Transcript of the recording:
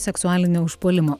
seksualinio užpuolimo